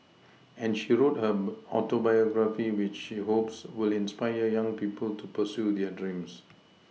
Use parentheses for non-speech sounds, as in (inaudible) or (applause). and she wrote her (unintelligible) Autobiography which she hopes will inspire young people to pursue their dreams